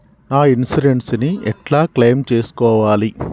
నా ఇన్సూరెన్స్ ని ఎట్ల క్లెయిమ్ చేస్కోవాలి?